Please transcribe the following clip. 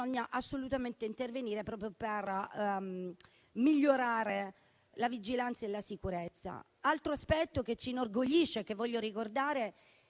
assolutamente intervenire proprio per migliorare la vigilanza e la sicurezza. Altro aspetto che ci inorgoglisce e che voglio ricordare